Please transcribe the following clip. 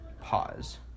pause